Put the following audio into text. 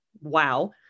Wow